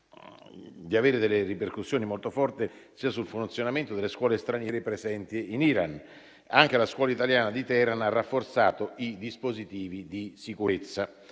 di avere delle ripercussioni molto forti sul funzionamento delle scuole straniere presenti in Iran. Anche la scuola italiana di Teheran ha rafforzato i dispositivi di sicurezza.